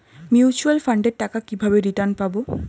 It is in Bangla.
মিউচুয়াল ফান্ডের টাকা কিভাবে রিটার্ন পাব?